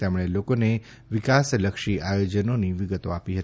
તેમણે લોકોને વિકાસલક્ષી આયોજનોની વિગતો આપી ફતી